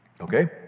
Okay